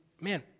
man